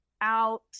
out